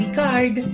card